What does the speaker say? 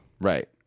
Right